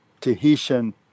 Tahitian